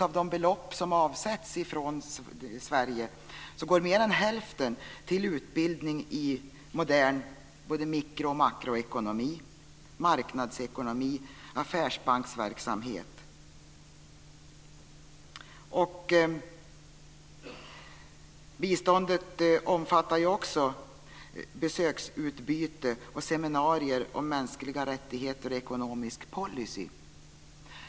Av de belopp som utbetalas från Sverige går mer än hälften till utbildning i modern mikro och makroekonomi, marknadsekonomi samt affärsbanksverksamhet. Biståndet omfattar också besöksutbyte och seminarier om mänskliga rättigheter och ekonomisk policy.